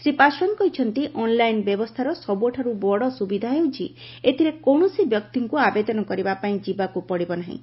ଶ୍ରୀ ପାଶ୍ୱାନ କହିଛନ୍ତି ଅନ୍ଲାଇନ ବ୍ୟବସ୍ଥାର ସବୁଠୁ ବଡ଼ ସୁବିଧା ହେଉଛି ଏଥିରେ କୌଣସି ବ୍ୟକ୍ତିଙ୍କୁ ଆବେଦନ କରିବା ପାଇଁ ଯିବାକୁ ପଡ଼ିବ ନାହିଁ